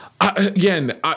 again